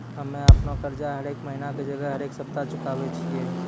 हम्मे अपनो कर्जा हरेक महिना के जगह हरेक सप्ताह चुकाबै छियै